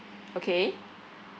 okay